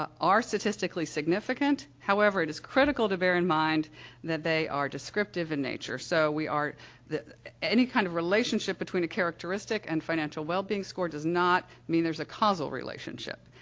ah are statistically significant however, it is critical to bear in mind that they are descriptive in nature. so, we are the any kind of relationship between a characteristic and financial wellbeing score does not mean there's a causal relationship.